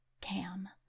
Cam